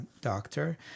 doctor